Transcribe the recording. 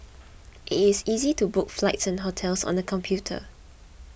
it is easy to book flights and hotels on the computer